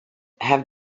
have